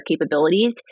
capabilities